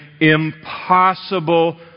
impossible